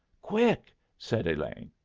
quick! said elaine.